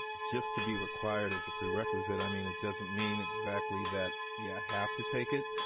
just to be required as a prerequisite i mean it doesn't mean exactly that ya have to take it,